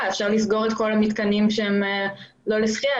אפשר לסגור את כל המתקנים שלא משמשים לשחייה,